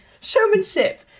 Showmanship